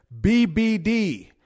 BBD